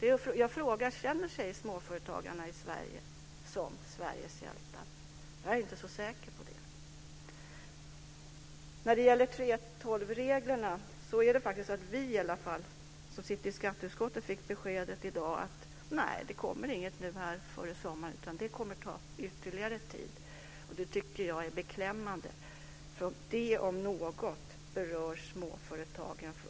Jag frågar: Känner sig småföretagarna i Sverige som Sveriges hjältar? Jag är inte så säker på det. När det gäller 3:12-reglerna är det faktiskt så att i alla fall vi som sitter i skatteutskottet i dag fick beskedet att nej, det kommer inget före sommaren. Det kommer att ta ytterligare tid. Det tycker jag är beklämmande, för det om något berör småföretagen.